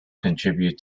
contribute